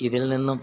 ഇതിൽനിന്നും